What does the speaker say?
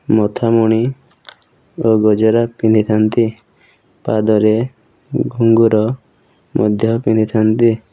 ମଥାମଣି ଆଉ ଗଜରା ପିନ୍ଧିଥାନ୍ତି ପାଦରେ ଘୁଙ୍ଗୁର ମଧ୍ୟ ପିନ୍ଧିଥାନ୍ତି